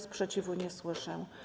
Sprzeciwu nie słyszę.